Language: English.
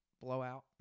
blowout